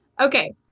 Okay